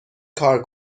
کار